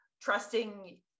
trusting